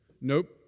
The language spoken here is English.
nope